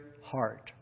heart